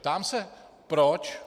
Ptám se proč?